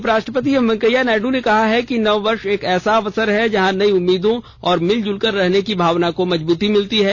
उप राष्ट्रपति एम वेंकैया नायड ने कहा कि नववर्ष एक ऐसा अवसर है जहां नई उम्मीदों और मिलजुल कर रहने की भावना को मजबूती मिलती है